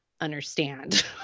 understand